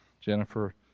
Jennifer